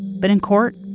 but in court,